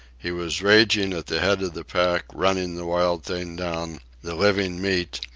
he was ranging at the head of the pack, running the wild thing down, the living meat,